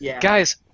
Guys